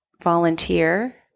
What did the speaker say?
volunteer